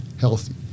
healthy